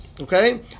okay